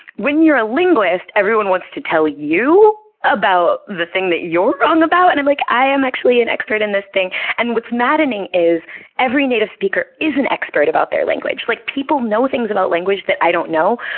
when you're a linguist, everyone wants to tell you about the thing that you're wrong about. and i'm like, i am actually an expert in this thing. and what's maddening is every native speaker is an expert about their language. like people know things about language that i don't know.